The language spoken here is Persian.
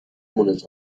مونس